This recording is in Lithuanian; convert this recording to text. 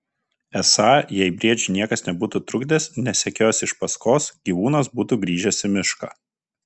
esą jei briedžiui niekas nebūtų trukdęs nesekiojęs iš paskos gyvūnas būtų grįžęs į mišką